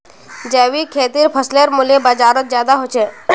जैविक खेतीर फसलेर मूल्य बजारोत ज्यादा होचे